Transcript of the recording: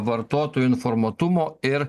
vartotojų informuotumo ir